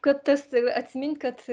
kad tas atsimint kad